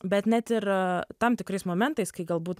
bet net ir tam tikrais momentais kai galbūt